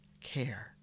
care